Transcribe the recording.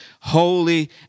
holy